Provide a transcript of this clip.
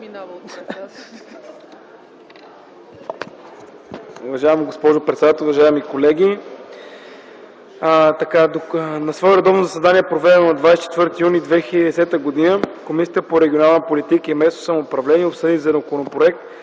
Уважаема госпожо председател, уважаеми колеги! „На свое редовно заседание, проведено на 24 юни 2010 г., Комисията по регионална политика и местно самоуправление обсъди Законопроект